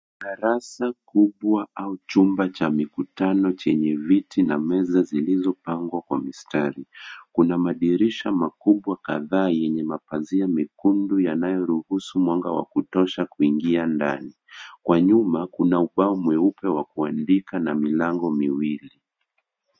Darasa kubwa au chumba cha mikutano chenye viti na meza zilizopangwa kwa mistari. Kuna madirisha makubwa kadhaa yenye mapazia mekundu yanayoruhusu mwanga wa kutosha kuingia ndani. Kwa nyuma kuna ubao mweupe wa kuandika na milango miwili.